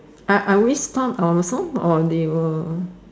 I I restart our song or they will